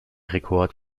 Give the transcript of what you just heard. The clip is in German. rekord